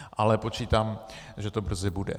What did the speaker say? Ale počítám, že to brzy bude.